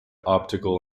optical